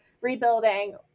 rebuilding